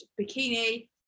bikini